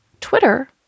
Twitter